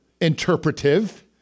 interpretive